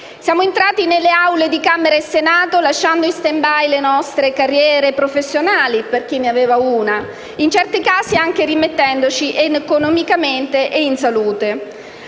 Siamo entrati nelle Aule di Camera e Senato lasciando in *standby* le nostre carriere professionali, per chi ne aveva una, e in certi casi anche rimettendoci economicamente e in salute.